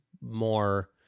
more